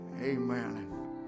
Amen